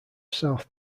south